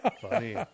Funny